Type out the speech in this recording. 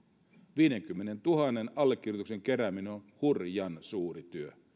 viidenkymmenentuhannen allekirjoituksen kerääminen on hurjan suuri työ